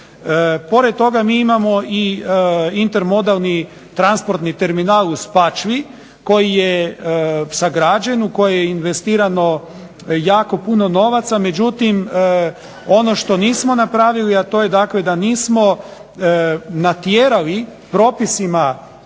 Pored toga mi imamo i intermodalni transportni terminal u Spačvi koji je sagrađen, u koji je investirano jako puno novaca. Međutim, ono što nismo napravili, a to je dakle da nismo natjerali propisima